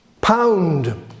pound